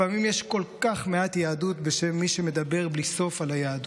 לפעמים יש כל כך מעט יהדות בשם מי שמדבר בלי סוף על היהדות.